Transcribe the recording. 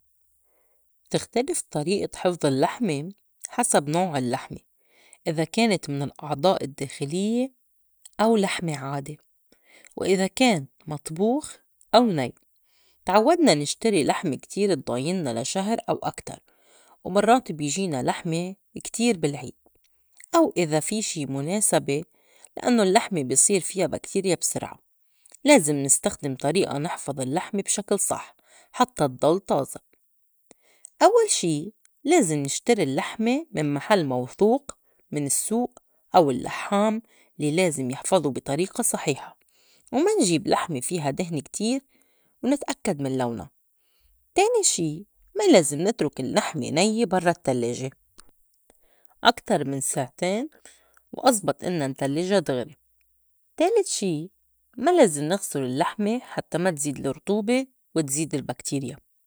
بتختلف طريئة حفظ اللّحمة حسب نوع اللّحمة إذا كانت من الأعضاء الدّاخلية أو لحمة عادي وإذا كان مطبوخ أو ني. تعوّدنا نشتري لحمة كتير اتضاينّا لشهر أو أكتر، ومرّات بيجينا لحمة كتير بالعيد أو إذا في شي مُناسبة لإنّو اللّحمة بي صير فيا باكتيريا بسرعة. لازم نستخدم طريئة نحفظ اللّحمة بشكل صح حتّى اتضّل طازة أوّل شي لازم نشتري اللّحمة من محل موثوق من السّوق أو اللحّام لي لازم يحفظو بي طريقة صحيحة وما نجيب لحمة فيها دهنة كتير ونتأكّد من لونا، تاني شي ما لازم نِترُك اللّحمة نيّة برّا التلّاجة أكتر من ساعتين وأزبط إنّا نتلّجا دغري، تالت شي ما لازم نِغسُل اللّحمة حتّى ما تزيد الرطوبة وتزيد الباكتيريا.